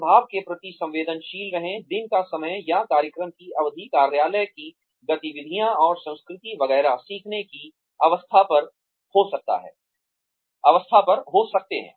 प्रभाव के प्रति संवेदनशील रहें दिन का समय या कार्यक्रम की अवधि कार्यालय की गतिविधियाँ और संस्कृति वगैरह सीखने की अवस्था पर हो सकते हैं